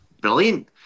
brilliant